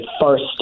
first